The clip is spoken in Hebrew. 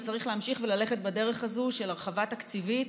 וצריך להמשיך וללכת בדרך הזו של הרחבה תקציבית.